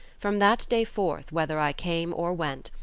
from that day forth, whether i came or went,